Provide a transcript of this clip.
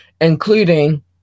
including